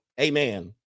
Amen